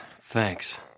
thanks